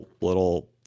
little